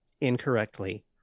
incorrectly